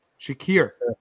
Shakir